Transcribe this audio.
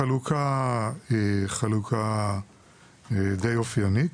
החלוקה היא די אופיינית,